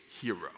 hero